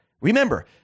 Remember